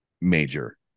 major